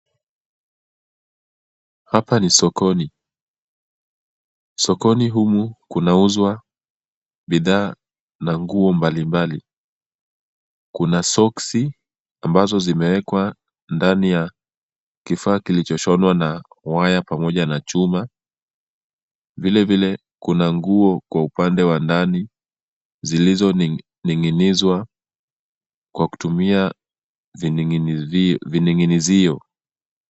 Hapa ni sokoni, sokoni humu kuna uzwa, bidhaa, na nguo mbalimbali. Kuna soksi ambazo zimewekwa ndani ya kifaa kilichoshonwa na waya pamoja na chuma, vile vile kuna nguo kwa upande wa ndani zilizo ning'inizwa kwa kutumia vining'inizio.